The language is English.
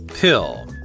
Pill